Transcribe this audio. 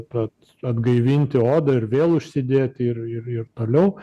tad atgaivinti odą ir vėl užsidėti ir ir ir toliau